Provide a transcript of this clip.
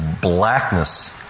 blackness